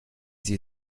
sie